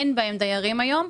אין בהם דיירים היום,